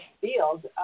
field